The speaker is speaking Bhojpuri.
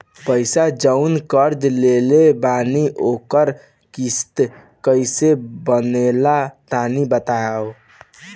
पैसा जऊन कर्जा लेले बानी ओकर किश्त कइसे बनेला तनी बताव?